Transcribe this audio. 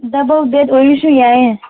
double bed ꯑꯣꯏꯔꯁꯨ ꯌꯥꯏꯌꯦ